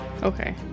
Okay